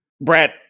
Brad